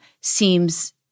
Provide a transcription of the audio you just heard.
seems